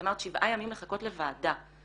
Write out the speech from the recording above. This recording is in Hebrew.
את אמרת שבעה ימים לחכות לוועדה,